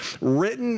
written